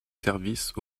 services